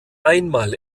einmal